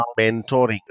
mentoring